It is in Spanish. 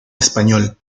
español